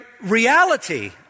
reality